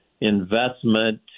investment